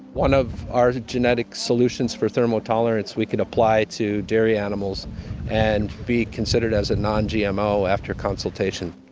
one of our genetic solutions for thermal tolerance we can apply to dairy animals and be considered as a non gmo after consultation.